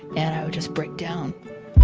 and i would just break down.